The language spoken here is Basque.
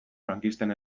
frankisten